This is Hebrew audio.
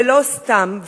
ולא סתם,